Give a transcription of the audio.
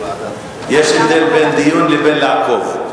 יש הבדל בין דיון לבין לעקוב.